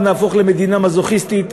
נהפוך למדינה מזוכיסטית,